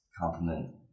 complement